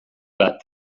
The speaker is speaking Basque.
bat